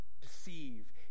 deceive